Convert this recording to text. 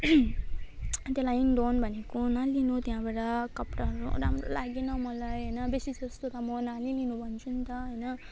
त्यही लागिन् डोन भनेको नलिनु त्यहाँबाट कपडाहरू राम्रो लागेन मलाई हैन बेसी जस्तो त म नलिनु भन्छु नि त हैन